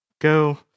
go